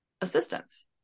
assistants